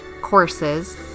courses